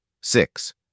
Six